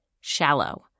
shallow